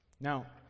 Now